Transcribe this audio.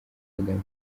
kagame